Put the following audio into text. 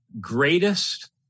greatest